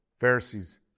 Pharisees